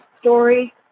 story